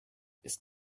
ist